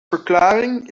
verklaring